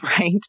right